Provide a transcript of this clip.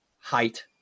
height